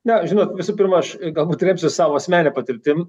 na žinot visų pirma aš galbūt remsiuos savo asmenine patirtim